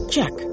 Check